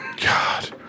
God